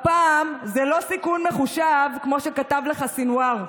הפעם זה לא סיכון מחושב, כמו שכתב לך סנוואר.